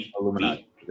Illuminati